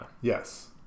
Yes